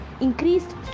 increased